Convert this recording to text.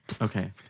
Okay